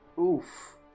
Oof